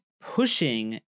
pushing